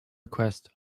request